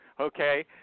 Okay